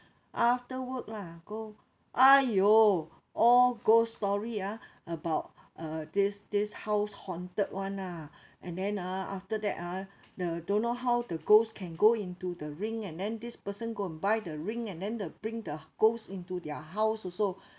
after work lah go !aiyo! all ghost story ah about uh this this house haunted [one] lah and then ah after that ah the don't know how the ghost can go into the ring and then this person go and buy the ring and then the bring the ghost into their house also